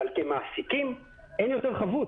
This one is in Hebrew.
אבל כמעסיקים אין יותר חבות